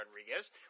Rodriguez